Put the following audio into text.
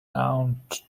round